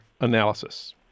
analysis